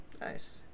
Nice